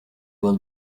will